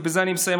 ובזה אני מסיים,